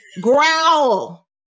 Growl